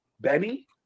Benny